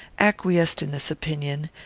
acquiesced in this opinion,